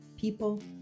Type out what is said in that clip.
people